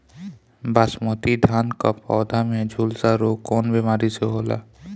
बासमती धान क पौधा में झुलसा रोग कौन बिमारी से होला?